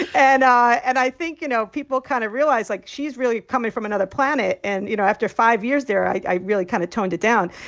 and i and i think, you know, people kind of realized, like, she's really coming from another planet. and, you know, after five years there, i i really kind of toned it down.